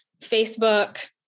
Facebook